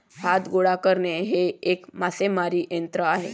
हात गोळा करणे हे एक मासेमारी तंत्र आहे